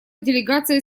делегация